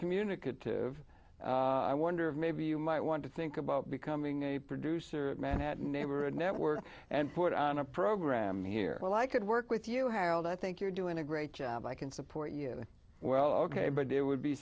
communicative i wonder if maybe you might want to think about becoming a producer manhattan neighborhood network and put on a program here well i could work with you have all the i think you're doing a great job i can support you well ok but there would be